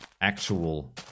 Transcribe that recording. actual